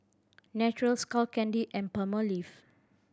Naturel Skull Candy and Palmolive